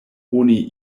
oni